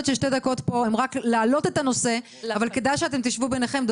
ששתי דקות פה הן רק כדי להעלות את הנושא אבל כדאי שתשבו ביניכם.